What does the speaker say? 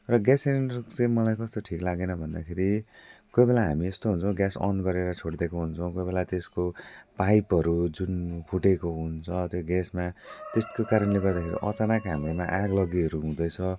र ग्यास सिलेन्डरको चाहिँ मलाई कस्तो ठिक लागेन भन्दाखेरि कोही बेला हामी यस्तो हुन्छौँ ग्यास अन गरेर छोड्दिएका हुन्छौँ कोही बेला त्यसको पाइपहरू जुन फुटेको हुन्छ त्यो ग्यासमा त्यस त्यो कारणले गर्दाखेरि अचानक हाम्रोमा आगलागीहरू हुँदैछ